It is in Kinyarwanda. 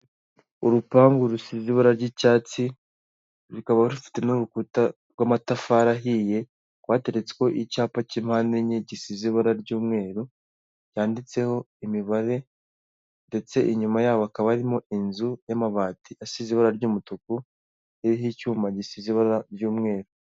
Urupangu rusize ibara ry'icyatsi rukaba rufite n'urukuta rw'amatafari ahiye rwateretse kicyapa cy'impande enye gisize ibara ry'umweru, ryanditseho imibare ndetse inyuma yaho akaba harimo inzu y'amabati asize ibara ry'umutuku iriho icyuma gisize ibara ry'umweru.